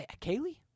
Kaylee